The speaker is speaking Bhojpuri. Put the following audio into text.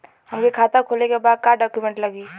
हमके खाता खोले के बा का डॉक्यूमेंट लगी?